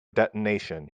detonation